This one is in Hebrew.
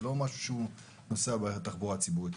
לא נוסעים בתחבורה ציבורית.